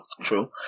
true